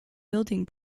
building